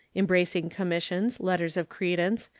embracing commissions, letters of credence,